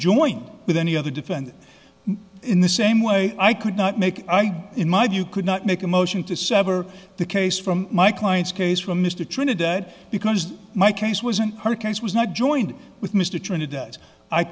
joined with any other defendant in the same way i could not make i do in my view could not make a motion to sever the case from my client's case for mr trinidad because my case was an her case was not joined with mr trinidad